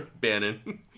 Bannon